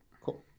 cool